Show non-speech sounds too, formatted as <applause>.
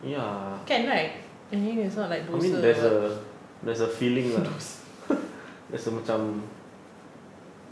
can right I mean it's not like dosa or what <laughs> dosa